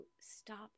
stop